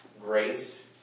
Grace